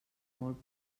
molt